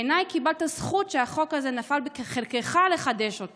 בעיניי, קיבלת זכות שנפל בחלקך לחדש את